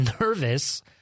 nervous